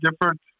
different